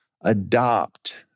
adopt